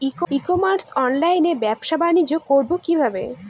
ই commerce অনলাইনে ব্যবসা বানিজ্য করব কি করে?